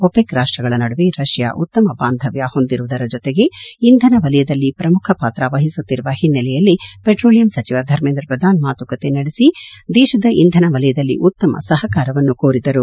OPEC ರಾಷ್ಟಗಳ ನಡುವೆ Russia ಉತ್ತಮ ಬಾಂಧವ್ಯ ಹೊಂದಿರುವ ಜೊತೆಗೆ ಇಂಧನ ವಲಯದಲ್ಲಿ ಪ್ರಮುಖ ಪಾತ್ರ ವಹಿಸುತ್ತಿರುವ ಹಿನ್ನೆಲೆಯಲ್ಲಿ ಪೆಟ್ರೋಲಿಯಂ ಸಚಿವ ಧರ್ಮೇಂದ್ರ ಪ್ರಧಾನ್ ಮಾತುಕತೆ ನಡೆಸಿ ದೇಶದ ಇಂಧನ ವಲಯದಲ್ಲಿ ಉತ್ತಮ ಸಹಕಾರವನ್ನು ಕೋರಿದರು